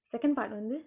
second part வந்து:vanthu